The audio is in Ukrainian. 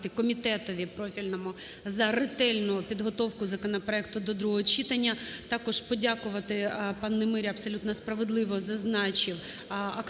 комітету профільному за ретельну підготовку законопроекту до другого читання. Також подякувати, пан Немиря абсолютно справедливо зазначив актуальність